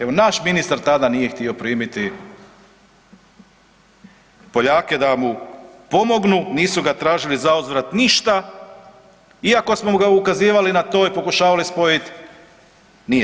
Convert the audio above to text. Evo naš ministar tada nije htio primiti Poljake da mu pomognu, nisu ga tražili za uzvrat ništa iako smo ukazivali na to i pokušavali spojiti nije.